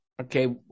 okay